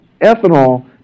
ethanol